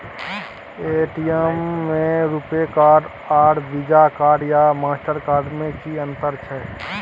ATM में RuPay card आर Visa card या मास्टर कार्ड में कि अतंर छै?